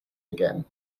again